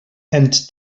and